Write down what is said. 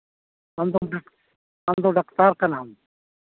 ᱟᱢ ᱫᱚ ᱟᱢ ᱫᱚ ᱰᱟᱠᱛᱟᱨ ᱠᱟᱱᱟᱢ